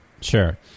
Sure